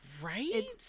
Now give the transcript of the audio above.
Right